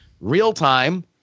real-time